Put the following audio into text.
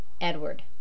Edward